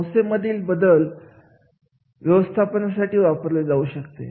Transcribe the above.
संस्थेमधील बद्दल व्यवस्थापनासाठी वापरले जाऊ शकते